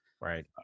Right